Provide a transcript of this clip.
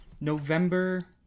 November